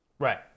Right